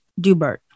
Dubert